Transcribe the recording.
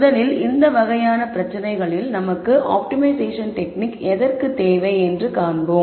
முதலில் இந்த வகையான பிரச்சனைகளில் நமக்கு ஆப்டிமைசேஷன் டெக்னிக் எதற்கு தேவை என்று காண்போம்